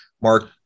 Mark